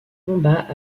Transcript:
combat